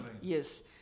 yes